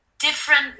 different